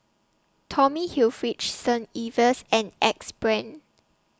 Tommy Hilfiger Saint Ives and Axe Brand